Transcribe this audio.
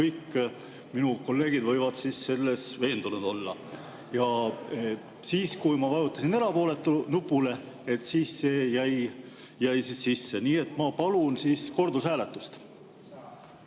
Kõik minu kolleegid võivad selles veendunud olla. Ja siis, kui ma vajutasin "Erapooletu" nupule, siis see jäi sisse. Nii et ma palun kordushääletust.